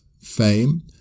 fame